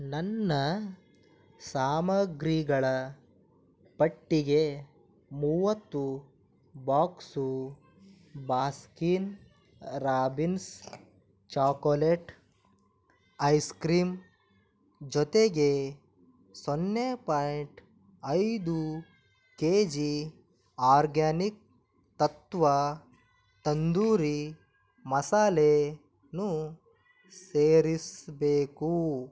ನನ್ನ ಸಾಮಗ್ರಿಗಳ ಪಟ್ಟಿಗೆ ಮೂವತ್ತು box Baskin Robbins chocolate ice cream ಜೊತೆಗೆ ಸೊನ್ನೆ ಪಾಯಿಂಟ್ ಐದು ಕೆಜಿ ಆರ್ಗ್ಯಾನಿಕ್ ತತ್ತ್ವ ತಂದೂರಿ ಮಸಾಲೆನೂ ಸೇರಿಸಬೇಕು